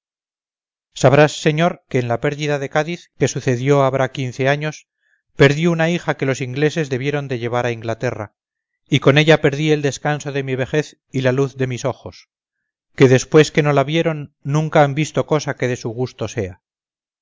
mías sabrás señor que en la pérdida de cádiz que sucedió habrá quince años perdí una hija que los ingleses debieron de llevar a inglaterra y con ella perdí el descanso de mi vejez y la luz de mis ojos que después que no la vieron nunca han visto cosa que de su gusto sea